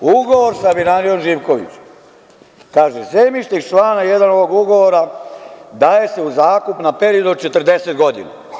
Ugovorom sa vinarijom „Živković“ kaže „Zemljište iz člana 1. ovog ugovora daje se u zakup na period od 40 godina“